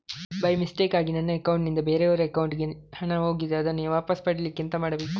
By ಮಿಸ್ಟೇಕಾಗಿ ನನ್ನ account ನಿಂದ ಬೇರೆಯವರ ಅಕೌಂಟ್ ಗೆ ಹಣ ಹೋಗಿದೆ ಅದನ್ನು ವಾಪಸ್ ಪಡಿಲಿಕ್ಕೆ ಎಂತ ಮಾಡಬೇಕು?